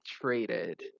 traded